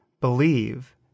believe